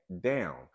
down